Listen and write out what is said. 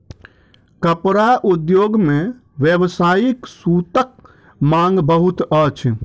कपड़ा उद्योग मे व्यावसायिक सूतक मांग बहुत अछि